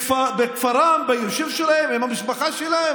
בכפרם, ביישוב שלהם, עם המשפחה שלהם?